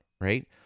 right